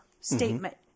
statement